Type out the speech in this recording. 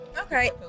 Okay